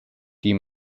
die